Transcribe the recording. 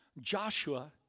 Joshua